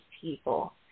people